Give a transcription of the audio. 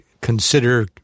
consider